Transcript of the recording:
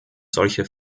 solche